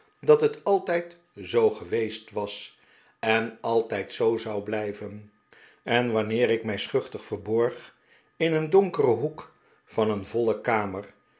dat het altijd zoo geweest was en altijd zoo zou blijven en wanneer ik mij schuchter verborg in een donkeren hoek van een voile kamer